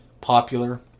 popular